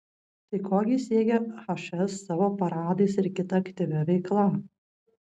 tai ko gi siekia hs savo paradais ir kita aktyvia veikla